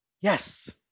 Yes